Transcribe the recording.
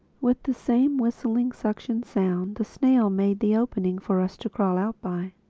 with the same whistling suction sound, the snail made the opening for us to crawl out by.